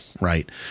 right